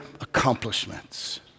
accomplishments